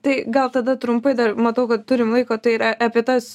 tai gal tada trumpai dar matau kad turim laiko tai ir apie tas